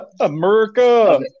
America